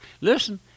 Listen